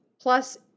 plus